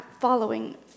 following